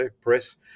Press